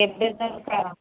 କେବେ ଦରକାର